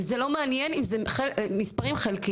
וזה לא מעניין אם זה מספרים חלקיים.